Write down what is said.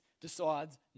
decides